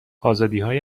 آزادیهای